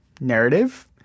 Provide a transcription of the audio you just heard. narrative